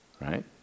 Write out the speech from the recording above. Right